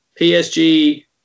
PSG